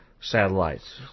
satellites